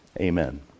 Amen